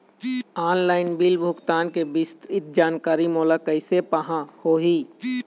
Online bill भुगतान के विस्तृत जानकारी मोला कैसे पाहां होही?